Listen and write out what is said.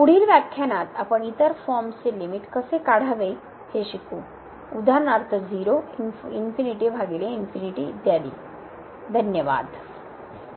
पुढील व्याख्यानात आपण इतर फॉर्म्सचे लिमिट कसे काढावे हे शिकू उदाहरणार्थ 0 ∞∞ इत्यादी